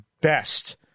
best